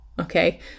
okay